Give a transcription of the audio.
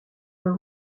are